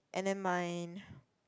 and then my